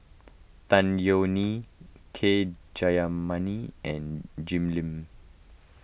Tan Yeok Nee K Jayamani and Jim Lim